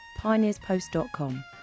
pioneerspost.com